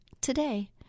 today